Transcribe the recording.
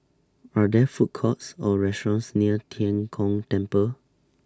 Are There Food Courts Or restaurants near Tian Kong Temple